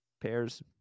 pairs